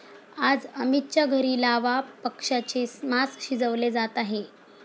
आज अमितच्या घरी लावा पक्ष्याचे मास शिजवले जात आहे